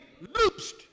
loosed